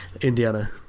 Indiana